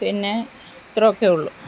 പിന്നെ ഇത്രയൊക്കെ ഉള്ളൂ